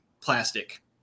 plastic